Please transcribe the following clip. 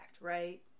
right